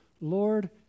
Lord